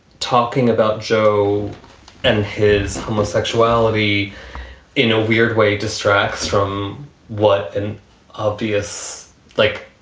talking about joe and his homosexuality in a weird way, distracts from what an obvious like